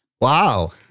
Wow